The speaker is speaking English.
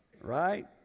right